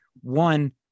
one